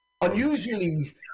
Unusually